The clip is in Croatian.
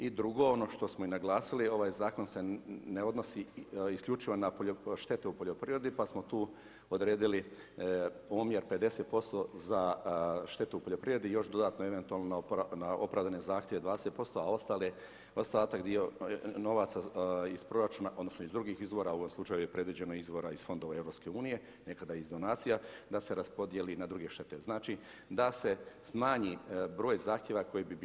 I drugo, ono što smo i naglasili, ovaj zakon se ne odnosi, isključivo na štetu u poljoprivredi, pa samo tu odredili omjer 50% za štetu u poljoprivredi i još dodatno eventualno na opravdane zahtjeve 20% a ostatak dio, novaca iz proračuna, odnosno, iz drugih izvora, u ovom slučaju je predviđeno izvora iz fondova EU, nekada iz donacija, da se raspodjeli na druge štete, znači da se smanji broj zahtjeva koji bi bili … Hvala.